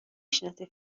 شناسی